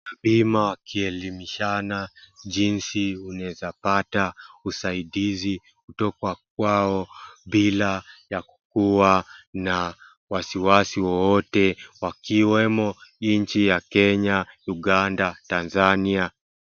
Bima wakielimishana jinsi unaweza pata usaidizi kutoka kwao bila ya kuwa na wasiwasi wowote wakiwemo nchi ya Kenya, Uganda, Tanzania.